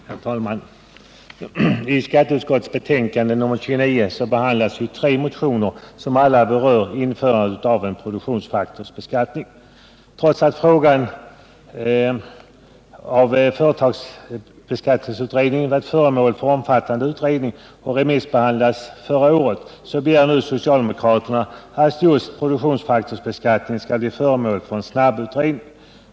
Herr talman! I skatteutskottets betänkande nr 29 behandlas tre motioner, som alla berör införandet av en produktionsfaktorsbeskattning. Trots att frågan om företagsbeskattningen har varit föremål för omfattande utredning och remissbehandlades förra året, begär nu socialdemokraterna att just frågan om en produktionsfaktorsbeskattning skall bli föremål för en snabbutredning.